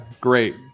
Great